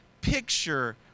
Picture